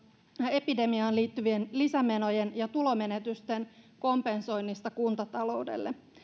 epidemiaan liittyvien lisämenojen ja tulomenetysten kompensoinnista kuntataloudelle